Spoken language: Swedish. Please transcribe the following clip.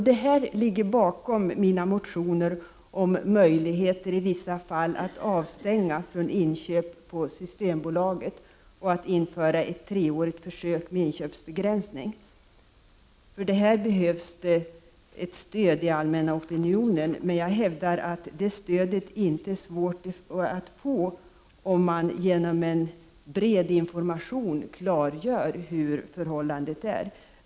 Det här ligger bakom mina motioner om möjlighet i vissa fall att avstänga från inköp på Systembolaget och att införa ett treårigt försök med inköpsbegränsning. För detta behövs ett stöd i allmänna opinionen, och jag hävdar att det stödet inte är svårt att få, om man genom en bred information klargör hur förhållandet är.